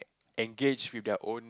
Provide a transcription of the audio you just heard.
engaged with their own